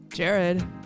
Jared